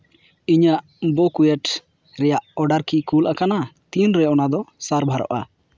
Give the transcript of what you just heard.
ᱤᱧᱟᱹᱜ ᱵᱳᱠᱳᱭᱮᱴᱥ ᱨᱮᱭᱟᱜ ᱚᱰᱟᱨ ᱠᱤ ᱠᱳᱞ ᱟᱠᱟᱱᱟ ᱛᱤᱱᱨᱮ ᱚᱱᱟᱫᱚ ᱥᱟᱨᱵᱷᱟᱨᱚᱜᱼᱟ